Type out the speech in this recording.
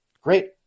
Great